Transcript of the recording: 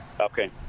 Okay